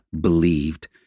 believed